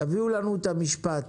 תביאו לנו את המשפט